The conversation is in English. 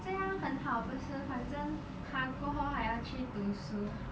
这样很好不是反正她过后还要去读书